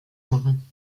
machen